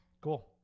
Cool